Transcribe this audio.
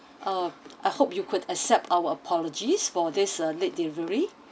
uh I hope you could accept our apologies for this uh late delivery